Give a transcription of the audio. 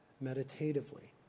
meditatively